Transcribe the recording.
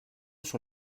sur